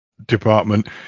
department